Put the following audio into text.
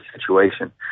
situation